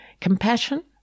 Compassion